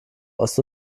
ost